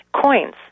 coins